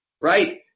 right